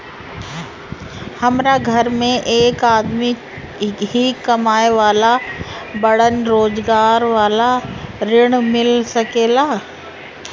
हमरा घर में एक आदमी ही कमाए वाला बाड़न रोजगार वाला ऋण मिल सके ला?